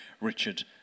Richard